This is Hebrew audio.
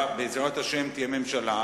בעזרת השם תהיה ממשלה,